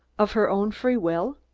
of her own free will?